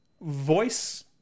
voice